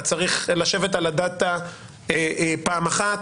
אתה צריך לשבת על הדאטה פעם אחת,